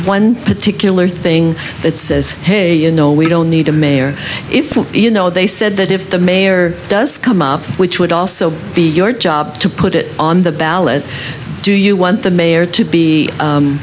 one particular thing that says hey you know we don't need a mayor if you know they said that if the mayor does come up which would also be your job to put it on the ballot do you want the mayor to be